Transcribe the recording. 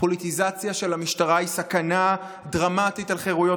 הפוליטיזציה של המשטרה היא סכנה דרמטית לחירויות